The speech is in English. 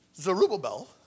Zerubbabel